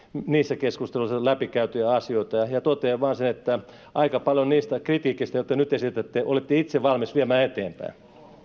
niissä keskusteluissa läpikäytyjä asioita ja totean vain sen että aika paljon niistä kritiikeistä joita nyt esitätte olitte itse valmis viemään eteenpäin